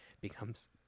becomes